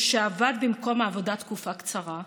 או שעבד במקום העבודה תקופה קצרה,